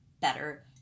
better